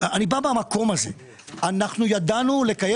ואני בא מהמקום הזה - אנחנו ידענו לקיים